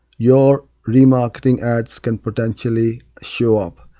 your re-marketing ads can potentially show up.